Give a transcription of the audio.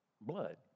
blood